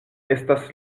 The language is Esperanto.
estas